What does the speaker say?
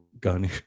Gunny